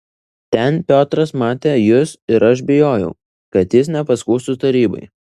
ten piotras matė jus ir aš bijojau kad jis nepaskųstų tarybai